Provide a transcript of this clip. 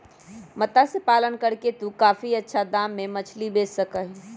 मत्स्य पालन करके तू काफी अच्छा दाम में मछली बेच सका ही